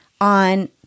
on